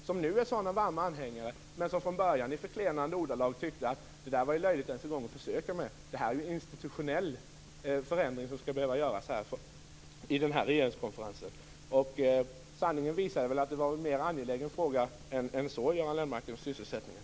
De är nu är sådana varma anhängare, men från början utryckte de i förklenande ordalag att det var löjligt att ens försöka, eftersom det behövdes en institutionell förändring i regeringskonferensen. Men sanningen visade att sysselsättningen var en mer angelägen fråga än så, Göran Lennmarker.